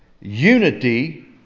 unity